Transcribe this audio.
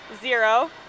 zero